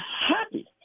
happy